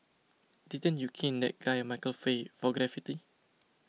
didn't you cane that guy Michael Fay for graffiti